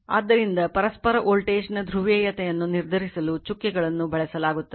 ಆದ್ದರಿಂದ ಪರಸ್ಪರ ವೋಲ್ಟೇಜ್ನ ಧ್ರುವೀಯತೆಯನ್ನು ನಿರ್ಧರಿಸಲು ಚುಕ್ಕೆಗಳನ್ನು ಬಳಸಲಾಗುತ್ತದೆ